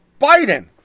Biden